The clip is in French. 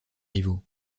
rivaux